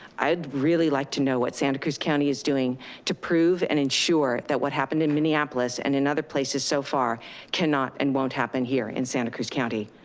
i'd really like to know what santa cruz county is doing to prove and ensure that what happened in minneapolis and in other places so far cannot and won't happen here in santa cruz county.